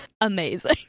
amazing